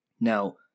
Now